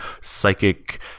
psychic